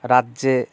রাজ্যে